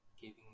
giving